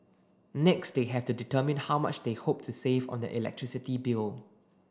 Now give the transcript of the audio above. next they have to determine how much they hope to save on their electricity bill